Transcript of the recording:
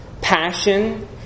passion